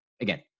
again